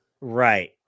Right